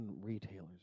retailers